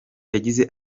yagize